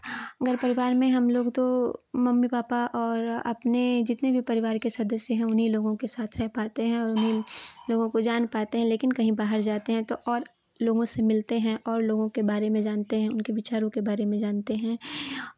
घर परिवार में हम लोग तो मम्मी पापा और अपने जितने भी परिवार के सदस्य हैं उन्हीं लोगों के साथ रहे पाते हैं और उन्हीं लोगों को जान पाते हैं लेकिन कहीं बाहर जाते हैं तो और लोगों से मिलते हैं और लोगों के बारे में जानते हैं उनके विचारों के बारे में जानते हैं